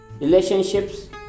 relationships